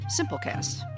Simplecast